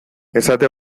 esate